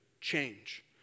change